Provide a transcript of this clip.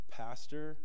pastor